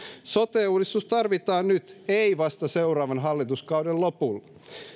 sote uudistus tarvitaan nyt ei vasta seuraavan hallituskauden lopulla